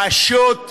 פשוט כך.